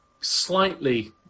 slightly